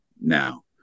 now